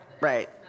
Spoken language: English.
right